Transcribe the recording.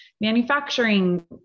manufacturing